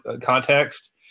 context